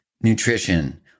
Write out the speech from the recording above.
nutrition